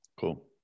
Cool